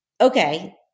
Okay